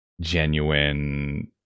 genuine